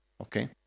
Okay